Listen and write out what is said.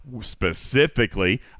specifically